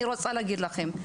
אני רוצה להגיד לכם,